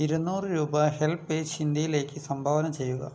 ഇരുന്നൂറ് രൂപ ഹെൽപ്പേജ് ഇന്ത്യയിലേക്ക് സംഭാവന ചെയ്യുക